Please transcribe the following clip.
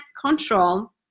control